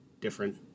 different